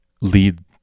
Lead